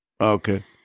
Okay